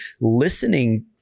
listening